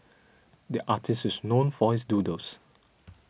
the artist is known for his doodles